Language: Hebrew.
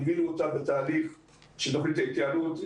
ליווינו אותה בתהליך של תוכנית ההתייעלות.